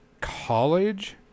college